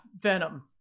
Venom